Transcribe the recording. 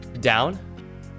down